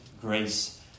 grace